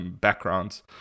backgrounds